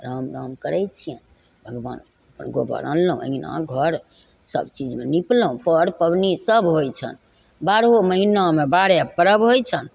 राम राम करय छियनि भगवान अपन गोबर आनलहुँ अँगना घर सबचीजमे निपलहुँ पर पहुनी सब होइ छन बारहो महीनामे बारे पर्व होइ छनि